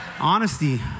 Honesty